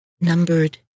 numbered